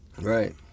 Right